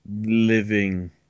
living